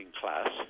class